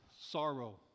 sorrow